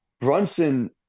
Brunson